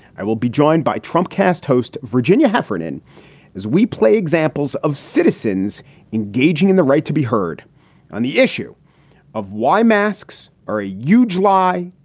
i will be joined by trump cast host virginia heffernan as we play examples of citizens engaging in the right to be heard on the issue of why masks are a huge lie,